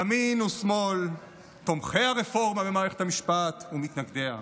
ימין ושמאל, תומכי הרפורמה במערכת המשפט ומתנגדיה.